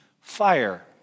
fire